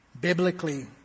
Biblically